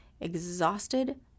exhausted